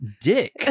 dick